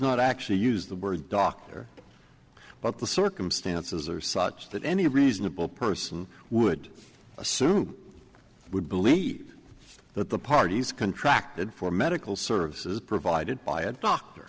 not actually use the word doctor but the circumstances are such that any reasonable person would assume would believe that the parties contracted for medical services provided by a doctor